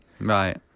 Right